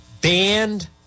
banned